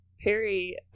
perry